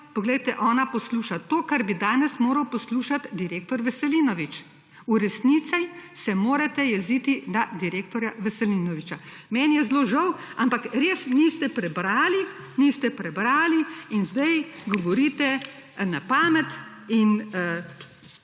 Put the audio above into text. poglejte, ona posluša to, kar bi danes moral poslušati direktor Veselinovič. V resnici se morate jeziti na direktorja Veselinoviča. Meni je zelo žal, ampak res niste prebrali in zdaj govorite na pamet. In